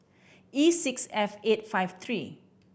E six F eight five three